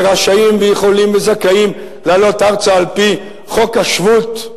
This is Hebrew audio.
שרשאים ויכולים וזכאים לעלות ארצה על-פי חוק השבות.